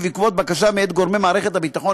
ובעקבות בקשות גורמי מערכת הביטחון,